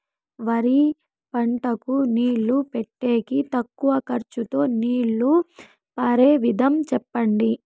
వరి పంటకు నీళ్లు పెట్టేకి తక్కువ ఖర్చుతో నీళ్లు పారే విధం చెప్పండి?